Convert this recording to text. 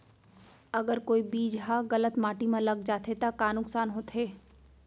अगर कोई बीज ह गलत माटी म लग जाथे त का नुकसान होथे?